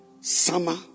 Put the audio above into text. Summer